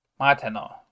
Mateno